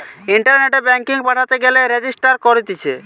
ইন্টারনেটে ব্যাঙ্কিং পাঠাতে গেলে রেজিস্টার করতিছে